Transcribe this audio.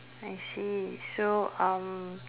I see so uh